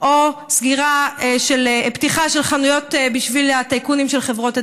או פתיחה של חנויות בשביל הטייקונים של חברות הדלק,